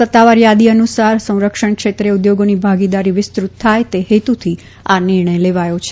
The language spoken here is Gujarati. સત્તાવાર યાદી અનુસાર સંરક્ષણક્ષેત્રે ઉદ્યોગોની ભાગીદારી વિસ્તૃત થાય તે હેતુથી આ નિર્ણય લેવાયો છે